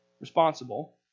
responsible